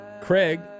Craig